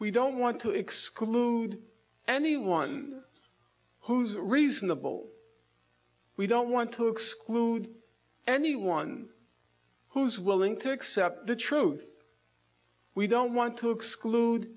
we don't want to exclude anyone who's reasonable we don't want to exclude anyone who's willing to accept the truth we don't want to exclude